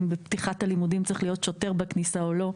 לשאלה האם צריך להיות שוטר בכניסה לבית הספר בפתיחת שנת הלימודים או לא?